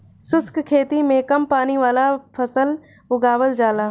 शुष्क खेती में कम पानी वाला फसल उगावल जाला